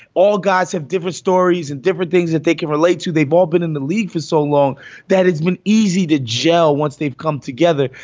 all guys have different stories and different things that they can relate to. they've all been in the league for so long that it's been easy to gel once they've come together.